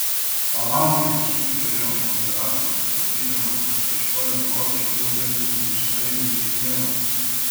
palaukit šūktelėjo moderatorius matydamas kad aš tuoj blokšiu dubenį su mišraine į sieną